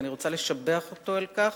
ואני רוצה לשבח אותו על כך.